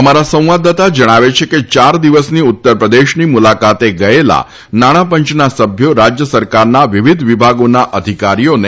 અમારા સંવાદદાતા જણાવે છે કે યાર દિવસની ઉત્તરપ્રદેશની મુલાકાતે ગયેલા નાણાંપંચના સભ્યો રાજય સરકારના વિવિધ વિભાગોના અધિકારીઓને મળશે